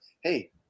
hey